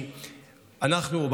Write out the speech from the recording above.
כי אנחנו,